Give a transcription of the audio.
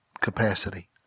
capacity